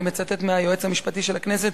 אני מצטט מהיועץ המשפטי של הכנסת,